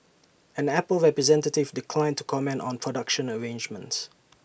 an Apple representative declined to comment on production arrangements